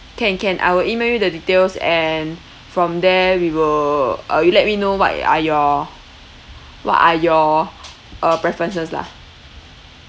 can can I will email you the details and from there we will uh you let me know what y~ are your what are your uh preferences lah